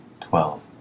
Twelve